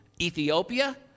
Ethiopia